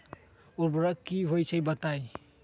उर्वरक की होई छई बताई?